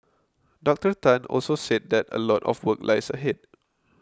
Doctor Tan also said that a lot of work lies ahead